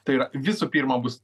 tai yra visų pirma bus